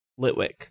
Litwick